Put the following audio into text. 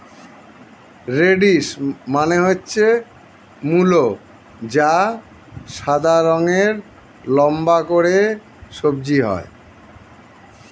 radish মানে হচ্ছে মূলো যা সাদা রঙের লম্বা করে সবজি হয়